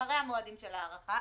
אחרי המועדים של ההארכה,